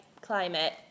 climate